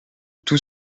tous